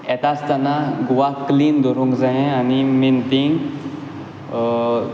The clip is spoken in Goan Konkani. येतासतना गोवा क्लिन दवरूंक जायें आनी मैन थींग